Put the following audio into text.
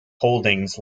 holdings